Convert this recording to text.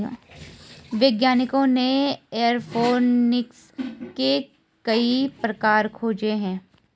वैज्ञानिकों ने एयरोफोनिक्स के कई प्रकार खोजे हैं